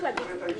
צריך להגיד את זה.